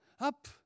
Up